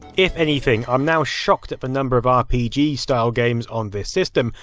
if anything, i'm now shocked at the number of rpg style games on this system.